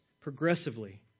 progressively